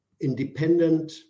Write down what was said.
independent